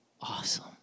awesome